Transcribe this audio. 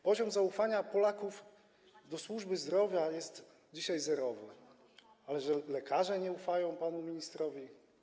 Poziom zaufania Polaków do służby zdrowia jest dzisiaj zerowy, ale że lekarze nie ufają panu ministrowi?